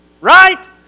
right